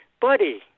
Buddy